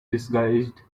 disguised